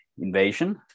invasion